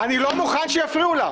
אני לא מוכן שיפריעו לה.